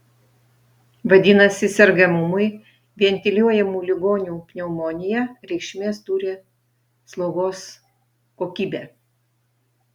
vadinasi sergamumui ventiliuojamų ligonių pneumonija reikšmės turi slaugos kokybė